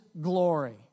glory